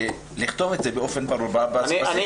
לכתוב את זה באופן ברור בסעיף הזה.